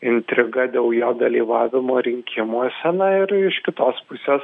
intriga dėl jo dalyvavimo rinkimuose na ir iš kitos pusės